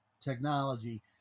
technology –